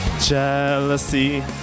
Jealousy